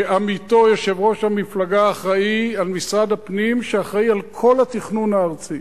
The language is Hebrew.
שעמיתו יושב-ראש המפלגה אחראי על משרד הפנים שאחראי על כל התכנון הארצי,